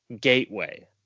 gateway